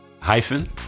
Hyphen